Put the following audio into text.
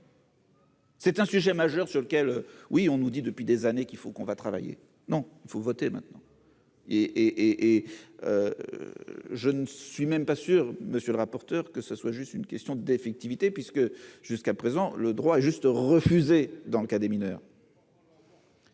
C'est un sujet majeur sur lequel oui, on nous dit depuis des années, qu'il faut qu'on va travailler non vous votez maintenant et et je ne suis même pas sûr, monsieur le rapporteur, que ce soit juste une question d'effectivité puisque jusqu'à présent le droit juste refusé dans le cas des mineurs.